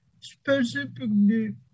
specifically